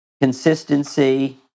consistency